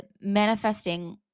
manifesting